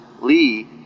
Lee